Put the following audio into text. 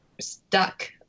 stuck